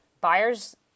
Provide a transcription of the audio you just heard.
Buyers